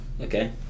Okay